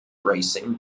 racing